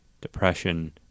depression